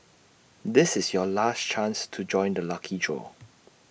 this is your last chance to join the lucky draw